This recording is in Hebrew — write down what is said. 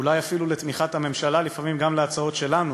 אולי אפילו לתמיכת הממשלה לפעמים גם להצעות שלנו,